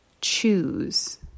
choose